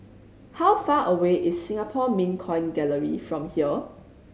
how far away is Singapore Mint Coin Gallery from here